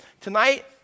tonight